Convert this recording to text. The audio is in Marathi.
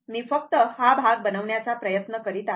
मी फक्त हा भाग बनवण्याचा प्रयत्न करीत आहे